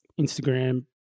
Instagram